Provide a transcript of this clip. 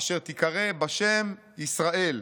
אשר תיקר​א בשם ישראל.